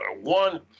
one